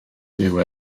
dyw